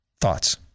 Thoughts